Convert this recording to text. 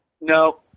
No